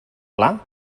clar